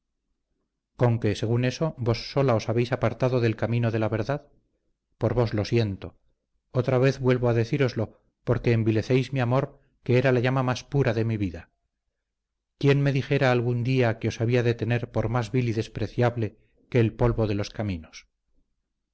conque según eso vos sola os habéis apartado del camino de la verdad por vos lo siento otra vez vuelvo a decíroslo porque envilecéis mi amor que era la llama más pura de mi vida quién me dijera algún día que os había de tener por más vil y despreciable que el polvo de los caminos